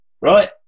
right